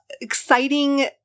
exciting